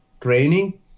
training